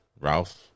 Ralph